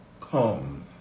come